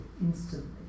instantly